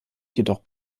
jedoch